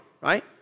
right